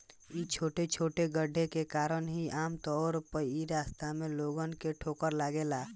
इ छोटे छोटे गड्ढे के कारण ही आमतौर पर इ रास्ता में लोगन के ठोकर लागेला